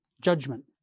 judgment